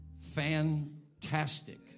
fantastic